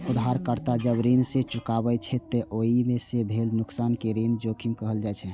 उधारकर्ता जब ऋण नै चुका पाबै छै, ते ओइ सं भेल नुकसान कें ऋण जोखिम कहल जाइ छै